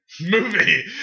Movie